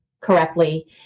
correctly